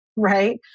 Right